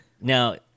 now